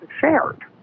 shared